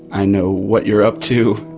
i know what you're up to!